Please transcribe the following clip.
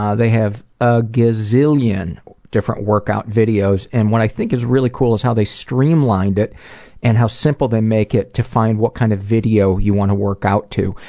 ah they have a gazillion different workout videos. and what i think is really cool is how they streamlined it and how simple they make it to find what kind of video you want to work out to.